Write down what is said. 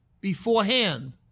beforehand